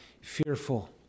fearful